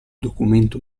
documento